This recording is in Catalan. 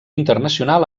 internacional